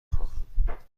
خواهم